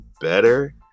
better